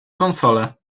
konsolę